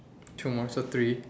two more so three